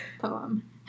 poem